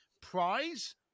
prize